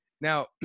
now